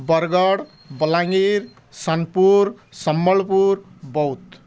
Bargarh Balangir Sonepur Sambalpur Boudh